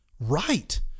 right